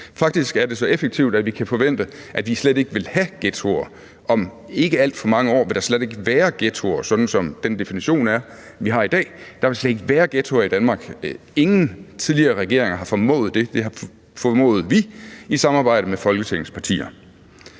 Faktisk er det så effektivt, at vi kan forvente, at vi slet ikke vil have ghettoer; om ikke alt for mange år vil der slet ikke være ghettoer, sådan som den definition er, vi har i dag. Der vil slet ikke være ghettoer i Danmark. Ingen tidligere regeringer har formået det. Det formåede vi i et samarbejde med Folketingets partier.